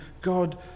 God